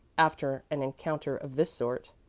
after an encounter of this sort.